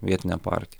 vietinė partija